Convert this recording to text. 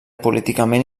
políticament